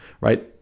right